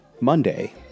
Monday